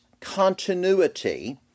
continuity